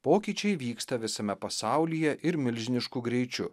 pokyčiai vyksta visame pasaulyje ir milžinišku greičiu